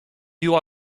you